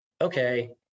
okay